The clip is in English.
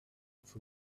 for